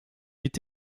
est